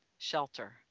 shelter